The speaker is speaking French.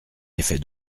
effet